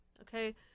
Okay